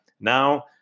Now